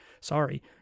sorry